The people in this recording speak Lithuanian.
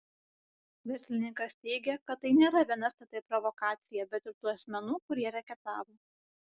verslininkas teigė kad tai nėra vien stt provokacija bet ir tų asmenų kurie reketavo